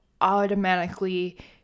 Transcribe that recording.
automatically